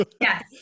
yes